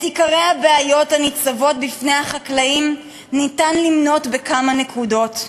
את עיקרי הבעיות הניצבות בפני החקלאים ניתן למנות בכמה נקודות: